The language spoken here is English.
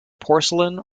porcelain